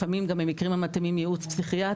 לפעמים גם במקרים המתאימים גם ייעוץ פסיכיאטרי,